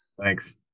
thanks